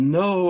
no